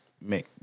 make